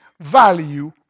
value